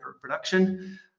production